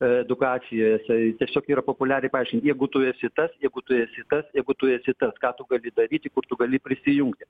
edukacijoj jisai tiesiog yra populiariai paaiškinta jeigu tu esi tas jeigu tu esi tas jeigu tu esi tas ką tu gali daryti kur tu gali prisijungti